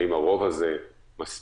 האם הרוב הזה מספיק?